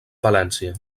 valència